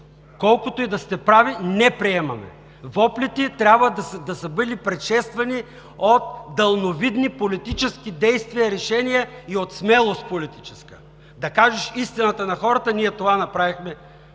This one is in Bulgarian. Колкото и да сте прави – не приемаме! Воплите трябва да са били предшествани от далновидни политически действия, решения и от политическа смелост да кажеш истината на хората! Ние това направихме